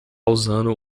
usando